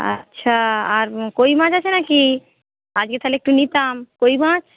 আচ্ছা আর কই মাছ আছে নাকি আজকে তাহলে একটু নিতাম কই মাছ